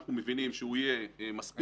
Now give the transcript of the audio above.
אנחנו מבינים שהוא יהיה מספיק כדי